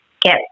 get